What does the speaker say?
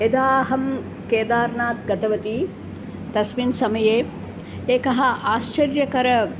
यदा अहं केदारनाथं गतवती तस्मिन् समये एकः आश्चर्यकरः